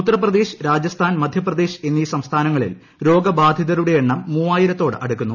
ഉത്തർപ്രദേശ് രാജസ്ഥാൻ മധ്യപ്രദേശ് എന്നീ സംസ്ഥാനങ്ങളിൽ രോഗബാധിത രുടെ എണ്ണം മൂവ്വായിരത്തോട് അടുക്കുന്നു